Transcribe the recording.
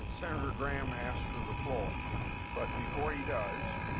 and senator graham asks for the floor but before he does,